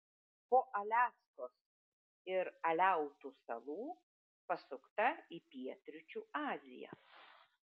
po aliaskos ir aleutų salų pasukta į pietryčių aziją